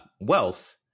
wealth